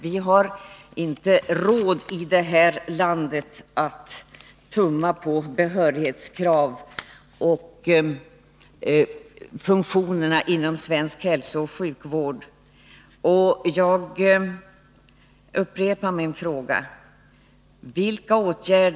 Vi har i detta land inte råd med att tumma på behörighetskraven och funktionerna inom svensk hälsooch sjukvård.